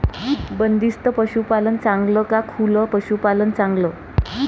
बंदिस्त पशूपालन चांगलं का खुलं पशूपालन चांगलं?